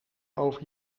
over